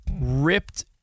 ripped